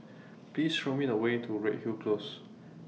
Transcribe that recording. Please Show Me The Way to Redhill Close